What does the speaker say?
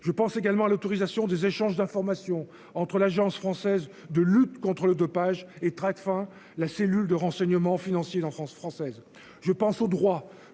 je pense également à l'autorisation des échanges d'informations entre l'Agence française de lutte contre le dopage et Tracfin, la cellule de renseignement financier dans France-française. Je pense au droit